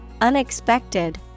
unexpected